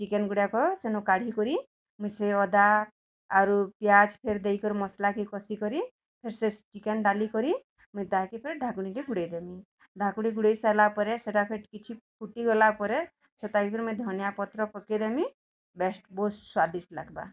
ଚିକେନ୍ଗୁଡ଼ାକ ସେନୁ କାଢ଼ିକରି ମୁଇଁ ସେ ଅଦା ଆରୁ ପିଆଜ୍ ଫେର୍ ଦେଇକରି ମସଲାକେ କଷିକରି ଫେର୍ ସେ ଚିକେନ୍ ଡ଼ାଲିକରି ମୁଇଁ ତାହାକେ ଫେର୍ ଢ଼ାକୁଣୀକେ ଘୁଡ଼େଇଦେମି ଢ଼ାକୁଣୀ ଘୁଡ଼େଇ ସାରିଲାପରେ ସେଟା ଫେର୍ କିଛି ଫୁଟି ଗଲାପରେ ସେଟାକେ ଧନିଆ ପତ୍ର ପକେଇଦେମି ବେସ୍ ବହୁତ୍ ସ୍ୱାଦିଷ୍ଟ୍ ଲାଗ୍ବା